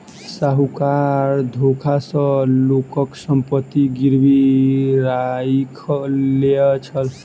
साहूकार धोखा सॅ लोकक संपत्ति गिरवी राइख लय छल